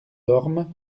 ormes